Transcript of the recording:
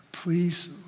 Please